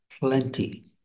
plenty